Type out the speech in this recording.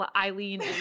Eileen